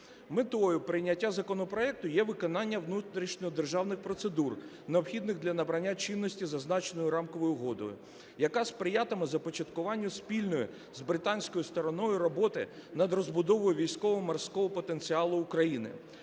Метою прийняття законопроекту є виконання внутрішньодержавних процедур, необхідних для набрання чинності зазначеною Рамковою угодою, яка сприятиме започаткуванню спільної з британською стороною роботи над розбудовою військово-морського потенціалу України.